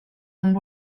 amb